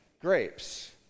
grapes